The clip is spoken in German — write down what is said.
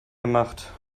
gemacht